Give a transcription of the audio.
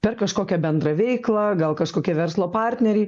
per kažkokią bendrą veiklą gal kažkokie verslo partneriai